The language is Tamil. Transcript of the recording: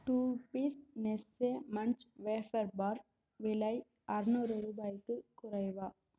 two piece Nestle Munch wafer bar விலை அறநூறு ரூபாய்க்கு குறைவா